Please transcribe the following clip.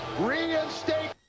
Reinstate